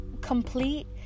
complete